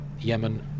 Yemen